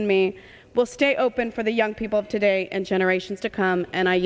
and me will stay open for the young people of today and generations to come and i